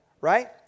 right